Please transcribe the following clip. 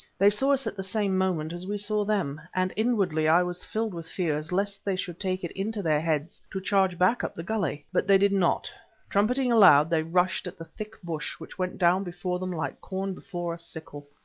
they saw us at the same moment as we saw them, and inwardly i was filled with fears lest they should take it into their heads to charge back up the gully. but they did not trumpeting aloud, they rushed at the thick bush which went down before them like corn before a sickle.